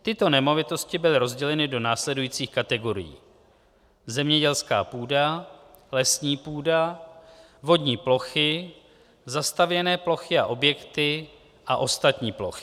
Tyto nemovitosti byly rozděleny do následujících kategorií: zemědělská půda, lesní půda, vodní plochy, zastavěné plochy a objekty a ostatní plochy.